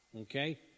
okay